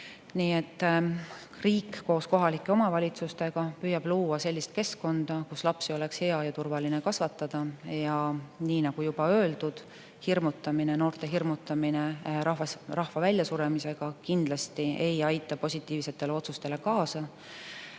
Nii et riik koos kohalike omavalitsustega püüab luua sellist keskkonda, kus lapsi oleks hea ja turvaline kasvatada. Ja nii nagu juba öeldud, noorte hirmutamine rahva väljasuremisega kindlasti ei aita positiivsetele otsustele kaasa.